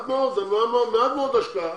זה מעט מאוד השקעה.